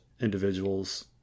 individuals